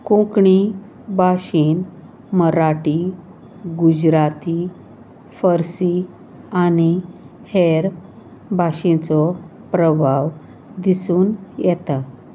कोंकणी भाशेन मराठी गुजराती फार्सी आनी हेर भाशेचो प्रभाव दिसून येता